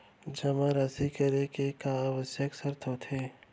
जेमा राशि करे के का आवश्यक शर्त होथे?